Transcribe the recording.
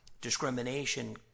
discrimination